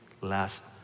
last